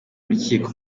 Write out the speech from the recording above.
rukiko